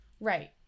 Right